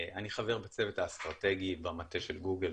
אני חבר בצוות האסטרטגי במטה של גוגל,